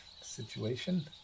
situation